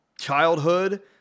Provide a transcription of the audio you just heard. childhood